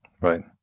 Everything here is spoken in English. Right